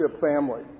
family